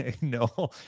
No